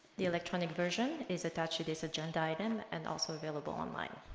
the electronic version is attached to this agenda item and also available online